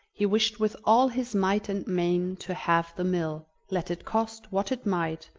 he wished with all his might and main to have the mill, let it cost what it might,